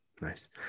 Nice